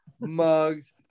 mugs